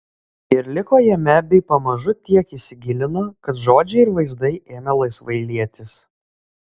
ir liko jame bei pamažu tiek įsigilino kad žodžiai ir vaizdai ėmė laisvai lietis